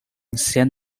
san